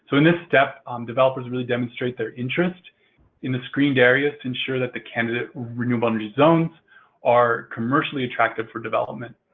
so, at this step um developers really demonstrate their interested in the screened areas to ensure that the candidate renewable energy zones are commercially attractive for development.